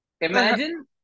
Imagine